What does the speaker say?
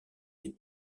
des